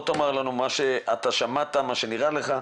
בוא תאמר לנו מה ששמעת, מה שנראה לך.